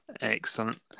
excellent